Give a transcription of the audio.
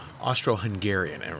Austro-Hungarian